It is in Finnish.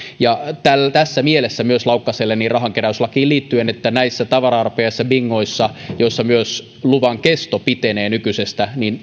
tässä mielessä myös laukkaselle rahankeräyslakiin liittyen että näissä tavara arpajaisissa bingoissa joissa myös luvan kesto pitenee nykyisestä